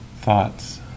thoughts